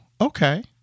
okay